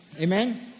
Amen